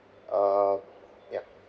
err ya